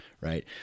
right